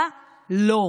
אתה לא.